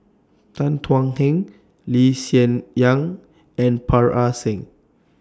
Tan Thuan Heng Lee Hsien Yang and Parga Singh